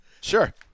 Sure